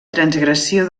transgressió